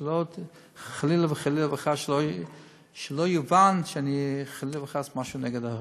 שחלילה וחס שלא יובן שיש לי חלילה וחס משהו נגד.